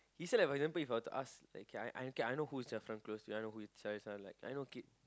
he said like for example If I were to ask okay okay I know who's Zirfan close who is jia yi are like I know kid